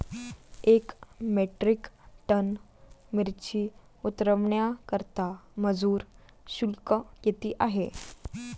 एक metric ton मिरची उतरवण्याकरता मजूर शुल्क किती आहे?